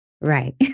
Right